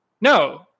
no